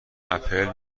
اپل